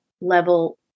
level